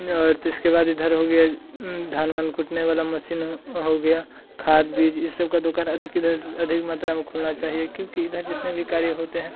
और इसके बाद इधर हो गया धान वान कूटने वाला मशीन हो गया खाद बीज यह सब की दुकान अधिक इधर अधिक मात्रा में खुलना चाहिए क्योंकि इधर जितने भी कार्य होते हैं